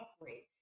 operate